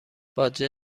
باجه